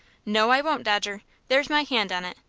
no, i won't, dodger. there's my hand on it.